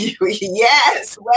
yes